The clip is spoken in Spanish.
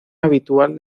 habitual